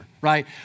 right